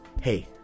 hey